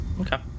Okay